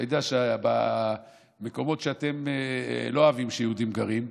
אתה יודע, במקומות שאתם לא אוהבים שיהודים גרים,